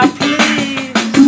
please